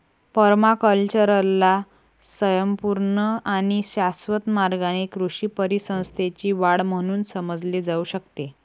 पर्माकल्चरला स्वयंपूर्ण आणि शाश्वत मार्गाने कृषी परिसंस्थेची वाढ म्हणून समजले जाऊ शकते